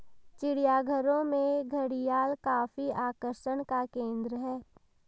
चिड़ियाघरों में घड़ियाल काफी आकर्षण का केंद्र है